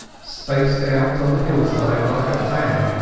spaced out on the hillside like a fan,